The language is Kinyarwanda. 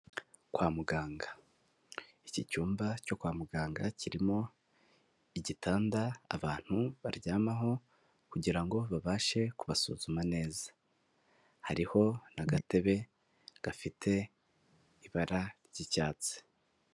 Kwa muganga iki cyumba cyo kwa muganga kirimo igitanda abantu baryamaho kugira ngo babashe kubasuzuma neza, hariho n'agatebe gafite ibara ry'icyatsi.